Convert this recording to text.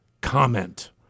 comment